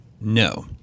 No